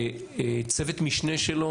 צוות משנה שלו